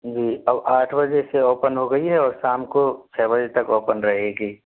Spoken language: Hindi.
जी अब आठ बजे से ओपन हो गई है और शाम को छः बजे तक ओपन रहेगी